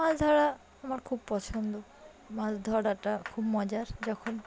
মাছ ধরা আমার খুব পছন্দ মাছ ধরাটা খুব মজার যখন